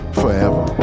forever